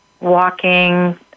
walking